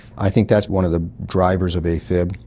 i think that's one of the drivers of a fib,